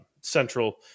central